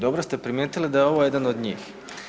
Dobro ste primijetili da je ovo jedan od njih.